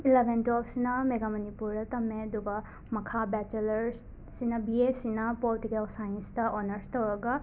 eleven ꯇ꯭ꯋꯦꯜꯐꯁꯤꯅ ꯃꯦꯒꯥ ꯃꯅꯤꯄꯨꯔꯗ ꯇꯝꯃꯦ ꯑꯗꯨꯒ ꯃꯈꯥ ꯕꯦꯆꯦꯂꯔꯁꯁꯤꯅ ꯕꯤ ꯑꯦꯁꯤꯅ ꯄꯣꯜꯇꯤꯀꯦꯜ ꯁꯥꯏꯟꯁꯇ ꯑꯣꯅꯔꯁ ꯇꯧꯔꯒ